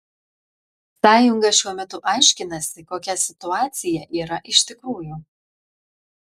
sąjunga šiuo metu aiškinasi kokia situacija yra iš tikrųjų